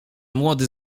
młody